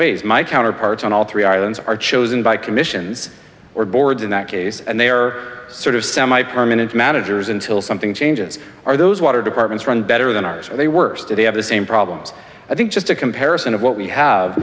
ways my counterparts on all three islands are chosen by commissions or boards in that case and they are sort of semi permanent managers until something changes are those water departments run better than ours are they worse today have the same problems i think just a comparison of what we have